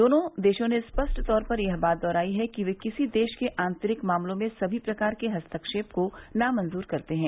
दोनों देशों ने स्पष्ट तौर पर यह बात दोहराई है कि ये किसी देश के आन्तरिक मामलों में सभी प्रकार के हस्तक्षेप को नामंजूर करते हैं